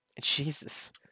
Jesus